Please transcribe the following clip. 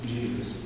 Jesus